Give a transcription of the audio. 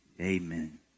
Amen